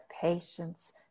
patience